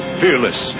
fearless